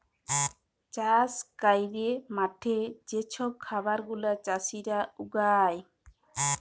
চাষ ক্যইরে মাঠে যে ছব খাবার গুলা চাষীরা উগায়